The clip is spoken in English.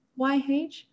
YH